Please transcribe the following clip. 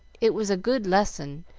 it was a good lesson,